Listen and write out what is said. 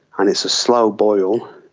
and it's a slow boil,